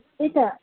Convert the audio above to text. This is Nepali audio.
त्यही त